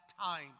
time